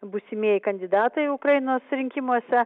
būsimieji kandidatai ukrainos rinkimuose